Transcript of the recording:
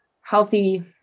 healthy